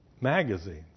magazines